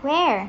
where